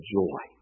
joy